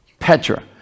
Petra